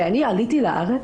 אני עליתי לארץ,